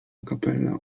kapela